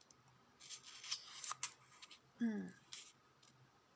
mm